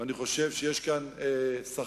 ואני חושב שיש כאן חשש